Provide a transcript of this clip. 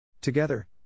Together